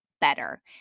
better